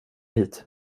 hit